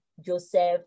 Joseph